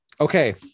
Okay